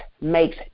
makes